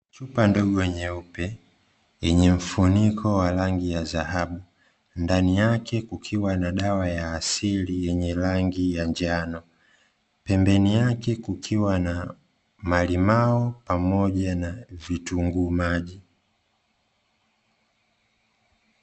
Chupa ndogo nyeupe yenye mfuniko wa rangi ya dhahabu, ndani yake kukiwa na dawa ya asili yenye rangi ya njano. Pembeni yake kukiwa na malimao pamoja na vitunguu maji.